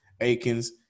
Aikens